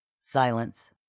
Silence